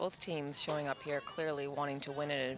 both teams showing up here clearly wanting to win